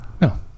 no